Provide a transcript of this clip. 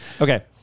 okay